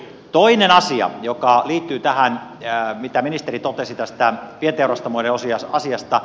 toinen asia liittyy tähän mitä ministeri totesi tästä pienteurastamoiden asiasta